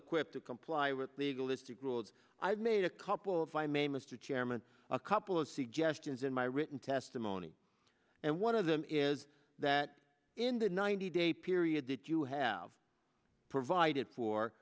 equipped to comply with legal istic rules i've made a couple if i may mr chairman a couple of suggestions in my written testimony and one of them is that in the ninety day period that you have provided for